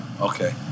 Okay